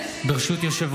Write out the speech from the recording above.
עברנו לשר הגזיבו.